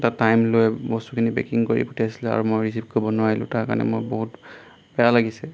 এটা টাইম লৈ বস্তুখিনি পেকিং কৰি পঠিয়াইছিলে আৰু মই ৰিচিভ কৰিব নোৱাৰিলোঁ তাৰ কাৰণে মোৰ বহুত বেয়া লাগিছে